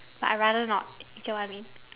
but I rather not you get what I mean